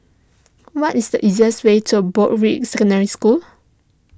what is the easiest way to Broadrick Secondary School